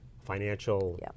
Financial